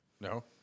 No